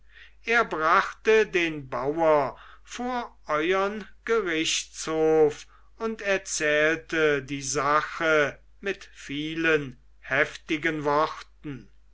er brachte den bauer vor euern gerichtshof und erzählte die sache mit vielen heftigen worten